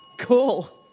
Cool